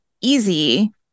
easy